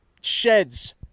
sheds